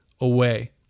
away